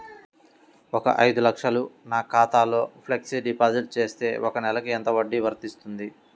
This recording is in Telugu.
ఒక ఐదు లక్షలు నా ఖాతాలో ఫ్లెక్సీ డిపాజిట్ చేస్తే ఒక నెలకి ఎంత వడ్డీ వర్తిస్తుంది?